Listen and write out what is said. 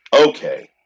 okay